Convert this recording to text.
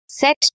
Set